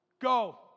Go